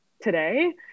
today